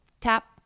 tap